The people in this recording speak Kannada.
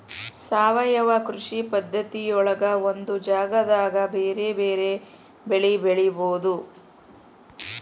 ಸಾವಯವ ಕೃಷಿ ಪದ್ಧತಿಯೊಳಗ ಒಂದ ಜಗದಾಗ ಬೇರೆ ಬೇರೆ ಬೆಳಿ ಬೆಳಿಬೊದು